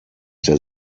der